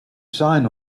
sign